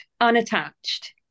unattached